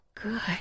good